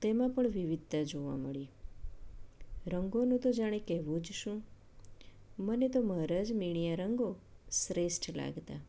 તેમાં પણ વિવિધતા જોવા મળે રંગોનું તો જાણે કહેવું જ શું મને તો મારા જ મીણિયા રંગો શ્રેષ્ઠ લાગતા